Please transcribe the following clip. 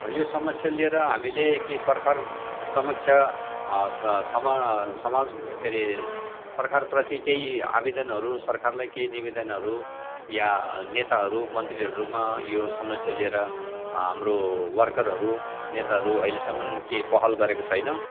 यो समस्या लिएर हामीले के सरकारसमक्ष समा समाज के रे सरकारप्रति केही आवेदनहरू सरकारलाई केही निवेदनहरू या नेताहरू मन्त्रीहरूमा यो समस्या लिएर हाम्रो वर्करहरू नेताहरू अहिलेसम्मन् केही पहल गरेको छैन